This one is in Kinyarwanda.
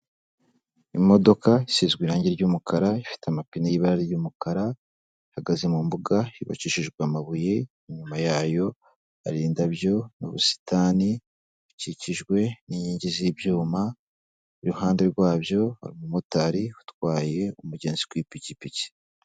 Imodoka isizwe irangi ry'umukara, ifite amapine y'irange ry'umukara, ihagaze mu mbuga yubakishijwe amabuye ;inyuma yayo hari indabyo n'ubusitani bukikijwe n'inkingi z'ibyuma, iruhande rwa byo hari umumotari utwaye umugenzi ku ipikipiki.